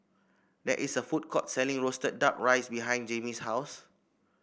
there is a food court selling roasted duck rice behind Jaimie's house